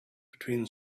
between